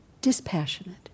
dispassionate